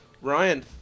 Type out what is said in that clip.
Ryan